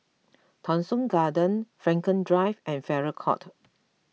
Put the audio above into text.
Thong Soon Garden Frankel Drive and Farrer Court